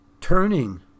turning